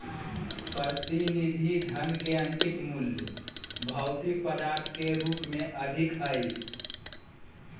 प्रतिनिधि धन के अंकित मूल्य भौतिक पदार्थ के रूप में अधिक हइ